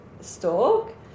stalk